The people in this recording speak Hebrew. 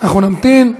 אנחנו נמתין.